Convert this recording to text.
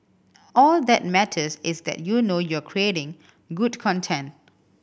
all that matters is that you know you're creating good content